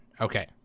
Okay